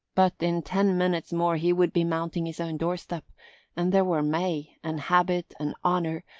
but in ten minutes more he would be mounting his own doorstep and there were may, and habit, and honour,